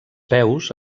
peus